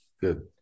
good